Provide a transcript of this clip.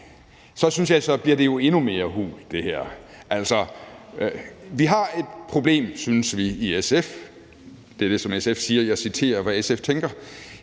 så synes jeg jo, at det her bliver endnu mere hult. Altså, vi har et problem, synes man i SF. Det er det, som SF siger. Jeg citerer, hvad SF tænker.